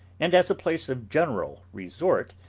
and as a place of general resort,